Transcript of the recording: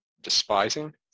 despising